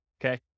okay